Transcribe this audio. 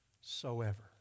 soever